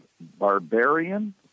barbarian